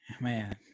Man